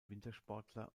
wintersportler